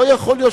לא יכול להיות,